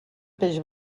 peix